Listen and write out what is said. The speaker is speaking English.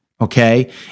Okay